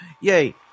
Yay